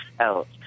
else